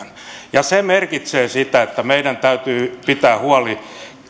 säilytetään se merkitsee sitä että meidän täytyy pitää huoli